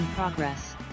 progress